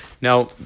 Now